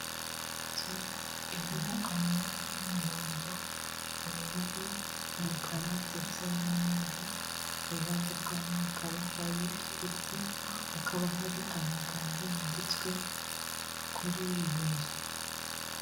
Inzu irimo amabara y'umuhondo, ubururu, umukara ndetse n'umweru iruhande rwayo hakaba hari igiti, hakaba hari amagambo yanditswe kuri iyo nzu.